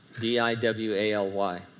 D-I-W-A-L-Y